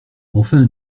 enfin